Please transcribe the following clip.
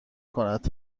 کند